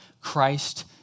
Christ